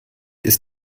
ist